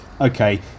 okay